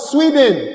Sweden